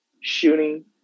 shooting